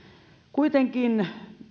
kuitenkin